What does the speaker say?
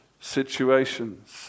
situations